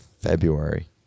February